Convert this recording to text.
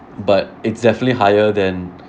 but it's definitely higher than